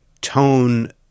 tone